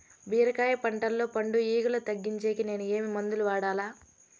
బీరకాయ పంటల్లో పండు ఈగలు తగ్గించేకి నేను ఏమి మందులు వాడాలా?